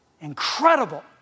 Incredible